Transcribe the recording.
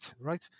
right